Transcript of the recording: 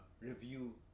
review